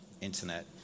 internet